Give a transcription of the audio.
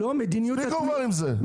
תפסיקו כבר עם זה.